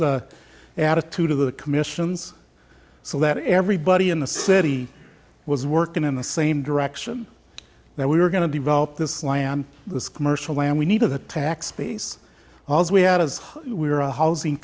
the attitude of the commissions so that everybody in the city was working in the same direction that we were going to develop this land this commercial land we need of the tax base we had as we were a housing